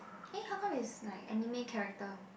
eh how come is like anime character